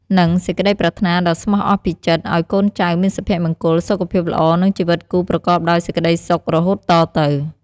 និងសេចក្តីប្រាថ្នាដ៏ស្មោះអស់ពីចិត្តឲ្យកូនចៅមានសុភមង្គល សុខភាពល្អ និងជីវិតគូប្រកបដោយសេចក្តីសុខរហូតតទៅ។